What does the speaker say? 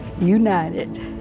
United